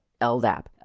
LDAP